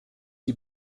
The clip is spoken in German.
die